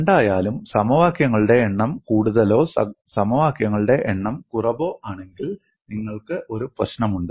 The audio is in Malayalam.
രണ്ടായാലും സമവാക്യങ്ങളുടെ എണ്ണം കൂടുതലോ സമവാക്യങ്ങളുടെ എണ്ണം കുറവോ ആണെങ്കിൽ നിങ്ങൾക്ക് ഒരു പ്രശ്നമുണ്ട്